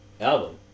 album